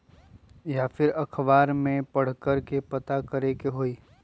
या फिर अखबार में पढ़कर के पता करे के होई?